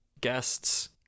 guests